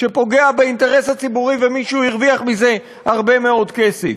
שפוגע באינטרס הציבורי ומישהו הרוויח מזה הרבה מאוד כסף.